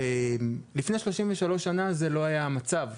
אבל לפני 33 שנה זה לא היה המצב.